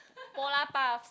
Polar Puffs